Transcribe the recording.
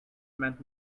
meant